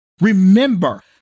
remember